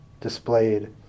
displayed